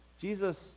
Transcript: Jesus